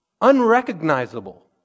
Unrecognizable